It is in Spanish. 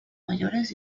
mayores